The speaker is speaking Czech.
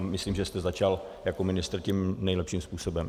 Myslím, že jste začal jako ministr tím nejlepším způsobem.